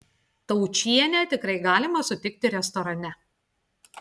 taučienę tikrai galima sutikti restorane